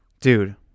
dude